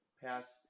pass